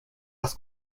las